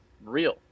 real